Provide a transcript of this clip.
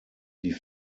die